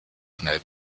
schnell